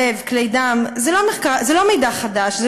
לב וכלי דם הוא לא מידע חדש.